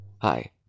Hi